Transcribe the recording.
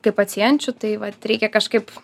kaip pacienčių tai vat reikia kažkaip